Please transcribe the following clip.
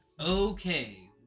Okay